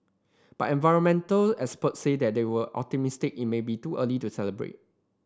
but environmental experts say that they were optimistic it may be too early to celebrate